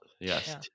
Yes